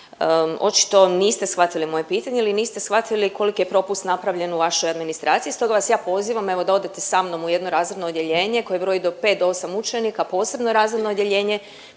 očito niste shvatili moje pitanje ili niste shvatili koliki je propustu napravljen u vašoj administraciji. Stoga vas ja pozivam evo da odete sa mnom u jedno razredno odjeljenje koje broji do pet do osam učenika posebno razredno odjeljenje